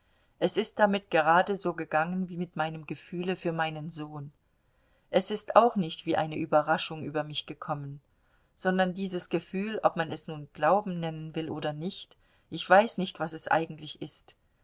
es ist damit geradeso gegangen wie mit meinem gefühle für meinen sohn es ist auch nicht wie eine überraschung über mich gekommen sondern dieses gefühl ob man es nun glauben nennen will oder nicht ich weiß nicht was es eigentlich ist